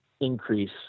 increase